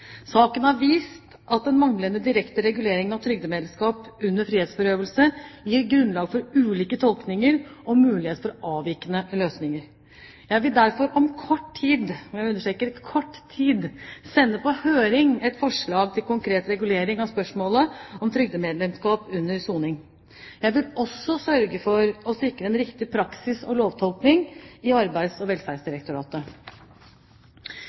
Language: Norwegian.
Saken har vist at den manglende direkte reguleringen av trygdemedlemskap under frihetsberøvelse gir grunnlag for ulike tolkninger og mulighet for avvikende løsninger. Jeg vil derfor om kort tid – og jeg understreker kort tid – sende på høring et forslag til konkret regulering av spørsmålet om trygdemedlemskap under soning. Jeg vil også sørge for å sikre en riktig praksis og lovfortolkning i Arbeids- og